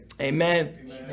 Amen